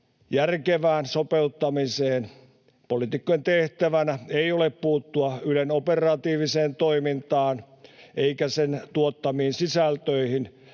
järkevään sopeuttamiseen. Poliitikkojen tehtävänä ei ole puuttua Ylen operatiiviseen toimintaan eikä sen tuottamiin sisältöihin.